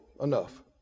enough